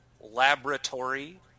Laboratory